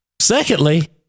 secondly